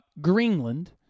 Greenland